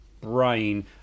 brain